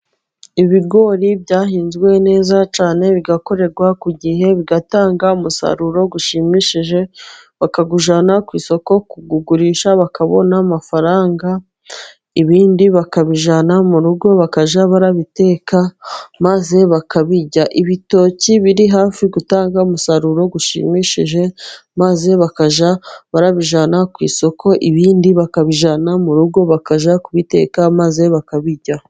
Ibigori byahinzwe neza cyane bigakorerwa ku gihe, bigatanga umusaruro ushimishije bakawujyana ku isoko kuwugurisha bakabona amafaranga, Ibindi bakabijyana mu rugo bakajya babiteka maze bakabirya. Ibitoki biri hafi gutanga umusaruro ushimishije, maze bakajya babijyana ku isoko ibindi bakabijyana mu rugo, bakajya kubiteka maze bakabirya.